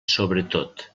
sobretot